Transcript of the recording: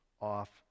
off